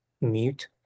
mute